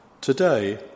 Today